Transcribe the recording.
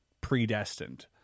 predestined